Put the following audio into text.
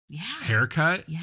haircut